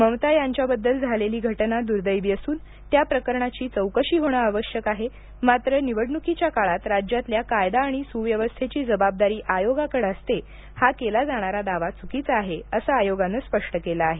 ममता यांच्याबाबत झालेली घटना दुर्देवी असून त्या प्रकरणाची चौकशी होणे आवश्यक आहे मात्र निवडणुकीच्या काळात राज्यातल्या कायदा आणि सुव्यवस्थेची जबाबदारी आयोगाकडं असते हा केला जाणारा दावा चुकीचा आहे असं आयोगानं स्पष्ट केलं आहे